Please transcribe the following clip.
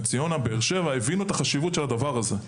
בנס ציונה ובבאר-שבע הבינו את החשיבות של הדבר הזה.